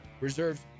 reserves